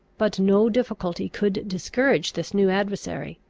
but no difficulty could discourage this new adversary.